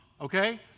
okay